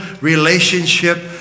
relationship